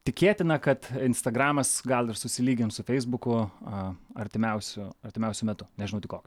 tikėtina kad instagramas gal ir susilygins su feisbuku a artimiausiu artimiausiu metu nežinau tik kokiu